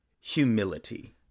humility